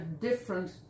different